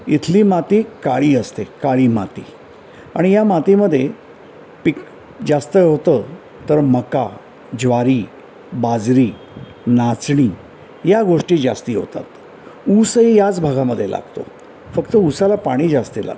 इथली माती काळी असते काळी माती आणि या मातीमध्ये पिक जास्त होतं तर मका ज्वारी बाजरी नाचणी या गोष्टी जास्त होतात ऊसही याच भागामध्ये लागतो फक्त उसाला पाणी जास्त लागतं